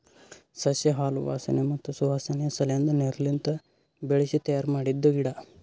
ಸಸ್ಯ ಹಾಲು ವಾಸನೆ ಮತ್ತ್ ಸುವಾಸನೆ ಸಲೆಂದ್ ನೀರ್ಲಿಂತ ಬೆಳಿಸಿ ತಯ್ಯಾರ ಮಾಡಿದ್ದ ಗಿಡ